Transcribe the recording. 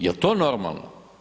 Jel to normalno?